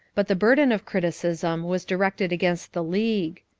but the burden of criticism was directed against the league.